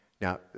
Now